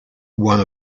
one